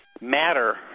matter